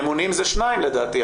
הממונים זה שניים לדעתי,